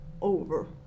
over